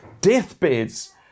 deathbeds